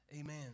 Amen